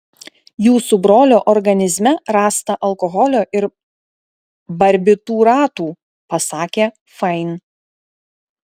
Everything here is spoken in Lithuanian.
jūsų brolio organizme rasta alkoholio ir barbitūratų pasakė fain